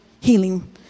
healing